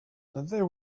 there